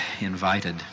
invited